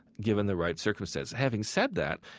given the right circumstances having said that,